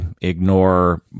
ignore